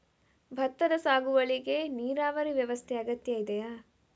ಭತ್ತದ ಸಾಗುವಳಿಗೆ ನೀರಾವರಿ ವ್ಯವಸ್ಥೆ ಅಗತ್ಯ ಇದೆಯಾ?